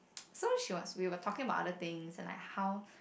so she was we were talking about other things and like how